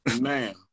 man